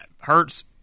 Hurts